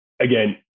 again